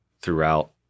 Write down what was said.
throughout